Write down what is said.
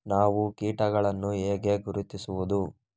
ನಾವು ಕೀಟಗಳನ್ನು ಹೇಗೆ ಗುರುತಿಸುವುದು?